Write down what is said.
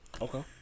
Okay